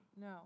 No